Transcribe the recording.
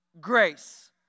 grace